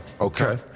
Okay